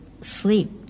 sleep